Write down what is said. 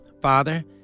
Father